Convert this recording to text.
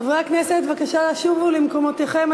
חברי הכנסת, בבקשה שובו למקומותיכם.